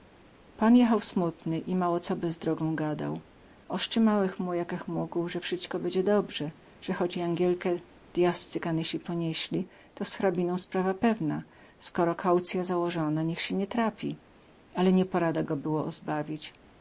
pan jechał smutny i mało co bez drogą gadał oscymałech mu jakech mógł ze wsyćko bedzie dobrze ze choć jangielkę djascy kanysi ponieśli to z hrabiną sprawa pewna skoro koucyja załozona niech sie nie trapi ale nieporada go było ozbawić